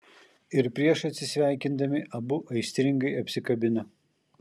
ir prieš atsisveikindami abu aistringai apsikabina